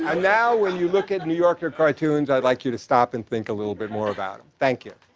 and now, when you look at new yorker cartoons, i'd like you to stop and think a little bit more about them. thank you.